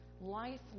Life